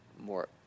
more